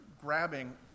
grabbing